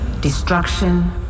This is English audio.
destruction